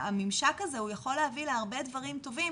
הממשק הזה יכול להביא להרבה דברים טובים.